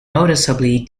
noticeably